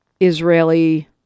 Israeli